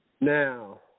Now